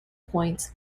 points